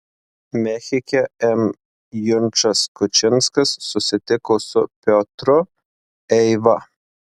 mechike m junčas kučinskas susitiko su piotru eiva